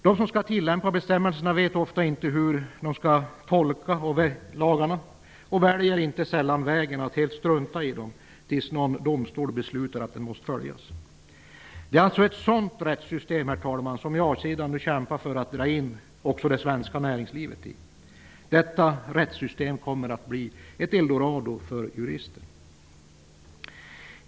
De som skall tillämpa bestämmelserna vet ofta inte hur de skall tolka lagarna och väljer inte sällan vägen att helt strunta i dem tills någon domstol beslutar att de måste följas. Det är alltså ett sådant rättssystem, herr talman, som ja-sidan nu kämpar för att dra in det svenska näringslivet i. Detta rättssystem kommer att bli ett eldorado för jurister.